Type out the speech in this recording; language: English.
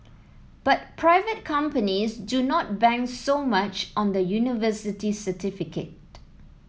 but private companies do not bank so much on the university certificate